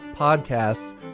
podcast